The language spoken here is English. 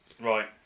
Right